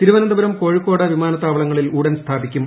തിരുവനന്തപുരം കോഴിക്കോട് വിമാനത്താവളങ്ങളിൽ ഉടൻ സ്ഥാപിക്കും